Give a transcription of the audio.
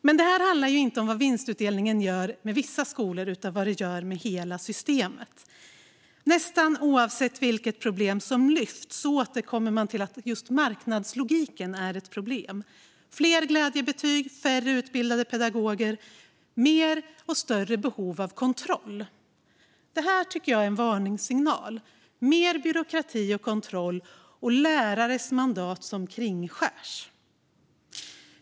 Men detta handlar inte om vad vinstutdelning gör med vissa skolor utan om vad det gör med hela systemet. Nästan oavsett vilket problem som lyfts fram återkommer man till att marknadslogiken är ett problem - fler glädjebetyg, färre utbildade pedagoger och mer och större behov av kontroll. Detta tycker jag är en varningssignal. Det blir mer byråkrati och kontroll, och lärares mandat kringskärs.